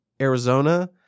Arizona